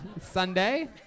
Sunday